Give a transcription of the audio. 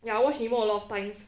ya I watch nemo a lot of times